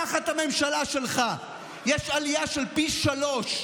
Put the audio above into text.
תחת הממשלה שלך יש עלייה של פי שלושה,